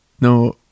no